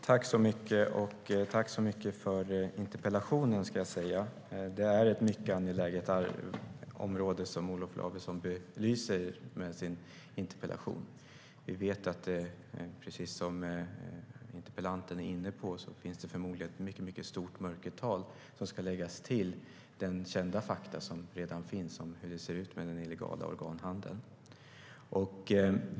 Herr talman! Jag tackar för interpellationen. Det är ett mycket angeläget område som Olof Lavesson belyser. Vi vet att det, precis som interpellanten är inne på, förmodligen finns ett stort mörkertal som ska läggas till de fakta som är kända om den illegala organhandeln.